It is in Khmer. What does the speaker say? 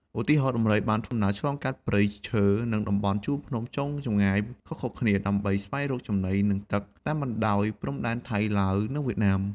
ឧទាហរណ៍ ដំរីបានដំណើរឆ្លងកាត់ព្រៃឈើ និងតំបន់ជួរភ្នំក្នុងចម្ងាយខុសៗគ្នា ដើម្បីស្វែងរកចំណី និងទឹក តាមបណ្ដោយព្រំដែនថៃ ឡាវ និងវៀតណាម។